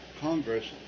Congress